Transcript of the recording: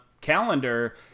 calendar